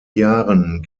jahren